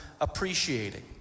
appreciating